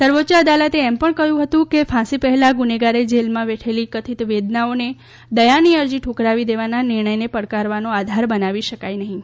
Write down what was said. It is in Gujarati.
સર્વોચ્ય અદાલતે એમ પણ કહ્યું હતું કે ફાંસી પહેલાં ગુનેગારે જેલમાં વેઠેલી કથિત વેદનાઓને દયાની અરજી ઠકરાવી દેવાના નિર્ણયને પડકારવાનો આધાર બનાવી શકાય નહીં